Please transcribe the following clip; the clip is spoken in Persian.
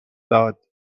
داد